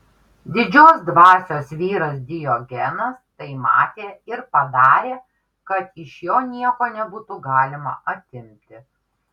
didžios dvasios vyras diogenas tai matė ir padarė kad iš jo nieko nebūtų galima atimti